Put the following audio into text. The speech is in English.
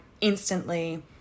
instantly